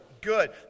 Good